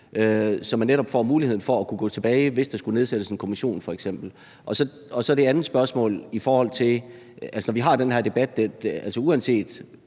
så man netop får muligheden for at kunne gå tilbage, hvis der skulle nedsættes en kommission f.eks. Så til det andet spørgsmål. Uanset hvad man mener om, hvad der kan være af